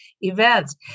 events